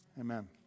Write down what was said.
Amen